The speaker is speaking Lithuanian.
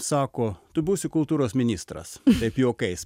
sako tu būsi kultūros ministras taip juokais